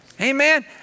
Amen